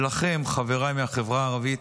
ולכם, חבריי מהחברה הערבית,